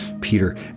Peter